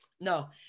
No